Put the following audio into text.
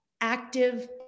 active